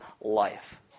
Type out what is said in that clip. life